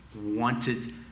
wanted